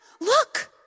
look